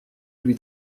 lui